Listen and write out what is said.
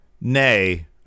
Nay